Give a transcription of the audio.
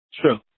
True